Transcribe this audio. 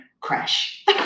crash